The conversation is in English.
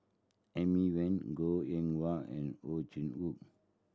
Amy Van Goh Eng Wah and Ow Chin Hock